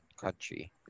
country